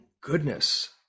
goodness